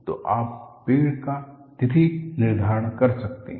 तो आप पेड़ का तिथि निर्धारण कर सकते हैं